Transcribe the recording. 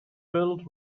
filled